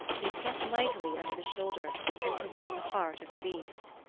he struck mightily under the shoulder and toward the heart of the beast.